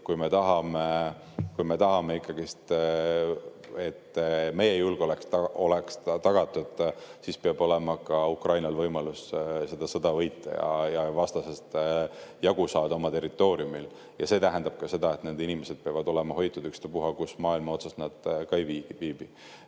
kui me tahame, et meie julgeolek oleks tagatud, siis peab olema Ukrainal võimalus seda sõda võita ja vastasest jagu saada oma territooriumil. Ja see tähendab ka seda, et need inimesed peavad olema hoitud, ükstapuha, kus maailma otsas nad ka ei viibi.